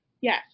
Yes